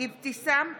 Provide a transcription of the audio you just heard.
אבתיסאם מראענה,